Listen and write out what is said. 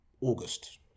August